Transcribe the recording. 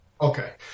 Okay